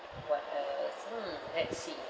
what else hmm let's see